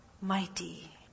mighty